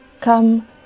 Come